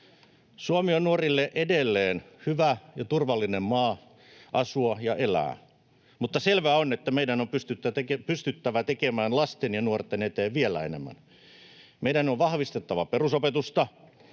Suomi on nuorille edelleen hyvä ja turvallinen maa asua ja elää, mutta selvää on, että meidän on pystyttävä tekemään lasten ja nuorten eteen vielä enemmän. Meidän on vahvistettava perusopetusta,